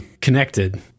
connected